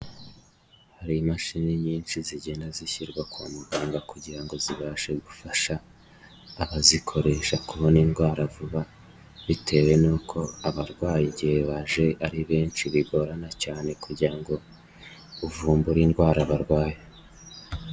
Hari imashini nyinshi zigenda zishyirwa kwa muganga kugira ngo zibashe gufasha abazikoresha kubona indwara vuba, bitewe n'uko abarwayi igihe baje ari benshi, bigorana cyane kugira ngo uvumbure indwara barwaye.